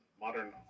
modern